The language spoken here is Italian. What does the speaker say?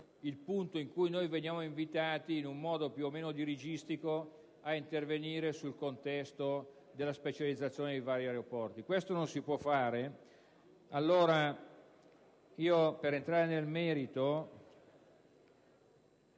al punto in cui l'Esecutivo viene invitato, in un modo più o meno dirigistico, ad intervenire sul contesto della specializzazione dei vari aeroporti. Questo, però, non si può fare. Allora, entrando nel merito,